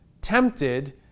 tempted